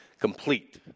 complete